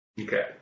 Okay